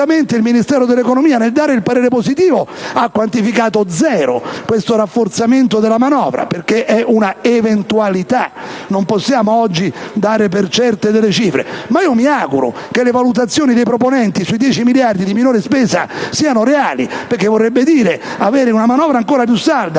Correttamente il Ministero dell'economia nel dare il parere positivo ha quantificato in zero questo rafforzamento della manovra perché è una eventualità e non possiamo oggi dare per certe delle cifre, ma io mi auguro che le valutazioni dei proponenti sui 10 miliardi di minore spesa siano reali perché vorrebbe dire avere una manovra ancora più salda.